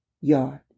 Yard